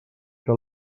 que